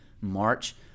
March